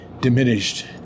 diminished